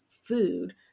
food